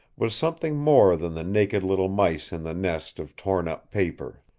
was something more than the naked little mice in the nest of torn-up paper.